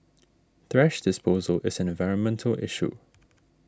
thrash disposal is an environmental issue